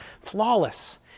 flawless